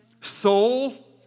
soul